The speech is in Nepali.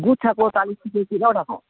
गुच्छाको चालिस रुपियाँ कि एउटाको